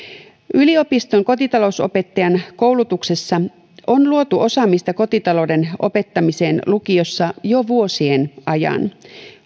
yliopiston kotitalousopettajan koulutuksessa on luotu osaamista kotitalouden opettamiseen lukiossa jo vuosien ajan